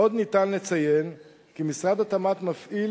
עוד אפשר לציין כי משרד התמ"ת מפעיל